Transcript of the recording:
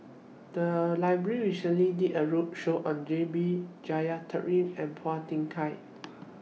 The Library recently did A roadshow on J B Jeyaretnam and Phua Thin Kiay